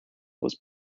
was